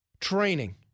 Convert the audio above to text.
training